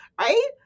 Right